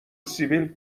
سیبیل